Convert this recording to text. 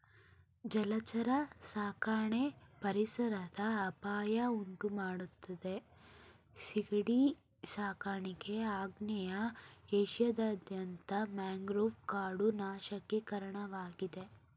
ಜಲಚರ ಸಾಕಣೆ ಪರಿಸರದ ಅಪಾಯ ಉಂಟುಮಾಡ್ತದೆ ಸೀಗಡಿ ಸಾಕಾಣಿಕೆ ಆಗ್ನೇಯ ಏಷ್ಯಾದಾದ್ಯಂತ ಮ್ಯಾಂಗ್ರೋವ್ ಕಾಡು ನಾಶಕ್ಕೆ ಕಾರಣವಾಗಿದೆ